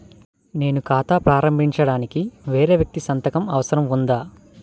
నేను ఖాతా ప్రారంభించటానికి వేరే వ్యక్తి సంతకం అవసరం ఉందా?